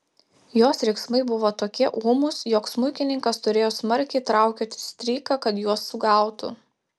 jos riksmai buvo tokie ūmūs jog smuikininkas turėjo smarkiai traukioti stryką kad juos sugautų